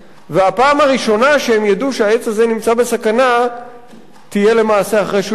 והפעם הראשונה שהם ידעו שהעץ נמצא בסכנה תהיה למעשה אחרי שהוא ייכרת.